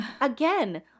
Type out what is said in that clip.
again